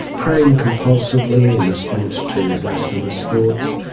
praying compulsively in response to blasphemous thoughts.